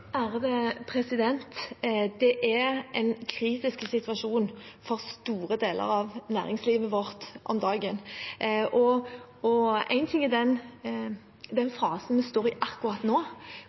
god måte? Det er en kritisk situasjon for store deler av næringslivet vårt om dagen. Én ting er den fasen vi står i akkurat nå,